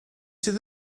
sydd